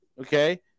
okay